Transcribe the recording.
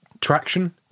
traction